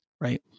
Right